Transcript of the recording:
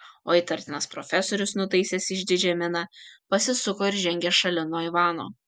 o įtartinas profesorius nutaisęs išdidžią miną pasisuko ir žengė šalin nuo ivano